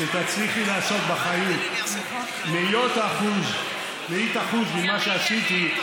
כשתצליחי לעשות בחיים מאית אחוז ממה שעשיתי,